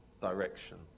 direction